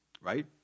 Right